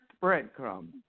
breadcrumbs